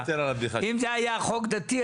אם זה היה חוק דתי,